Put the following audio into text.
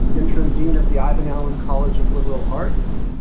interim dean of the ivan allen college of liberal arts.